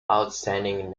outstanding